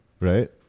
right